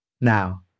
Now